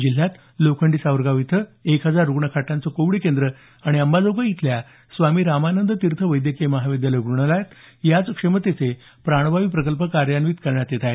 जिल्ह्यात लोखंडी सावरगाव इथं एक हजार रुग्णखाटांचं कोविड केंद्र आणि अंबाजोगाई इथल्या स्वामी रामानंद तीर्थ वैद्यकीय महाविद्यालय रुग्णालयात याच क्षमतेचे प्राणवायू प्रकल्प कार्यान्वित करण्यात येत आहेत